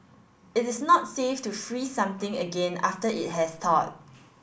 it is not safe to freeze something again after it has thawed